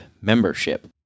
membership